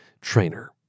trainer